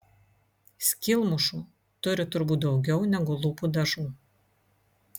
skylmušų turi turbūt daugiau negu lūpų dažų